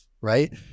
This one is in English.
right